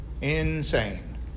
Insane